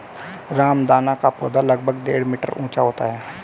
रामदाना का पौधा लगभग डेढ़ मीटर ऊंचा होता है